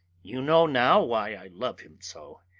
you know now why i love him so.